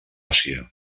àsia